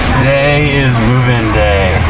today is move in day.